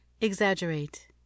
exaggerate